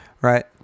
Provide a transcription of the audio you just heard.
Right